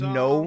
no